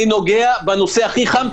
אני נוגע בנושא הכי חם,